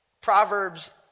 Proverbs